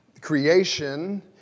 Creation